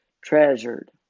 treasured